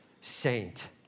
saint